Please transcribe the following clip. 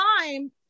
time